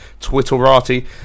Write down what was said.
Twitterati